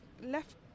left